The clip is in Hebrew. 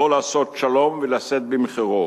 או לעשות שלום ולשאת במחירו